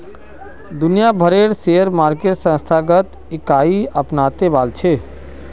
दुनिया भरेर share market संस्थागत इकाईक अपनाते वॉल्छे